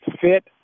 fit